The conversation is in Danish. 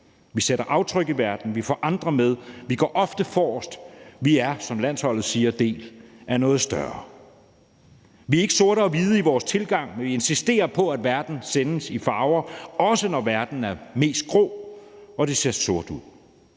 Vi sætter aftryk i verden. Vi får andre med. Vi går ofte forrest. Vi er, som landsholdet siger, en del af noget større. Vi er ikke sorte og hvide i vores tilgang, men insisterer på, at verden sendes i farver, også når verden er mest grå og det ser sort ud.